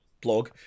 blog